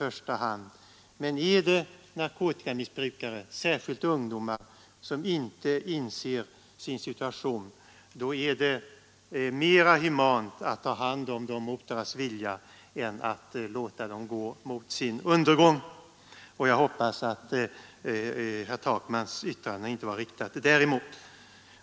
Men när inte de narkotikamissbrukande, särskilt ungdomar, inser sin situation, är det mera humant att ta hand om dem mot deras vilja än att låta dem gå mot sin undergång. Jag hoppas att herr Takmans yttrande inte var riktat däremot.